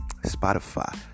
Spotify